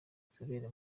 inzobere